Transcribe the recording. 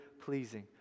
pleasing